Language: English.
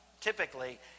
typically